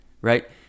right